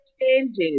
changes